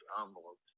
envelopes